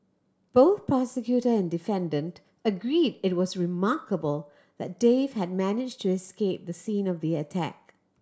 both prosecutor and defendant agreed it was remarkable that Dave had managed to escape the scene of the attack